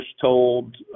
told